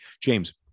James